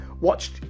watched